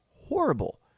horrible